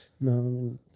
No